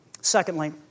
Secondly